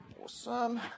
Awesome